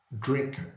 drink